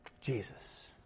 Jesus